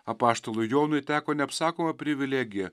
apaštalui jonui teko neapsakoma privilegija